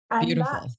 Beautiful